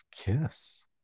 kiss